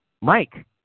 Mike